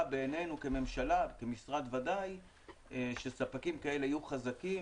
בעינינו כממשלה וכמשרד ודאי שספקים כאלה יהיו חזקים